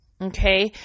Okay